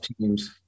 teams